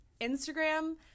instagram